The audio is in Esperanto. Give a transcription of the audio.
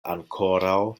ankoraŭ